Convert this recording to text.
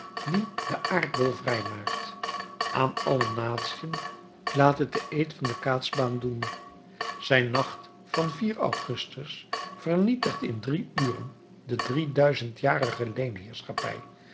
die den aardbol vrijmaakt aan alle natiën laat het den eed van de kaatsbaan doen zijn nacht van vier augustus vernietigt in drie uren de drieduizendjarige leenheerschappij